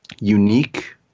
unique